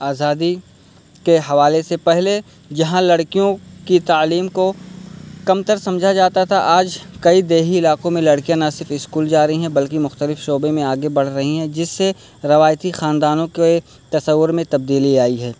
آزادی کے حوالے سے پہلے جہاں لڑکیوں کی تعلیم کو کمتر سمجھا جاتا تھا آج کئی دیہی علاقوں میں لڑکیاں نہ صرف اسکول جا رہی ہیں بلکہ مختلف شعبے میں آگے بڑھ رہی ہیں جس سے روایتی خاندانوں کے تصور میں تبدیلی آئی ہے